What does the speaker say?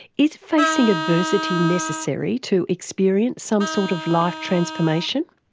is facing adversity necessary to experience some sort of life transformation?